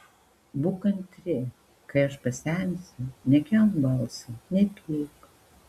būk kantri kai aš pasensiu nekelk balso nepyk